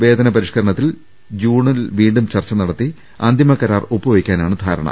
വേതന പരിഷ്കരണ ത്തിൽ ജൂണിൽ വീണ്ടും ചർച്ച നടത്തി അന്തിമ കരാർ ഒപ്പുവെയ്ക്കാ നാണ് ധാരണ